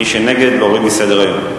מי שנגד, להוריד מסדר-היום.